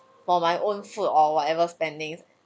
for my own food or whatever spending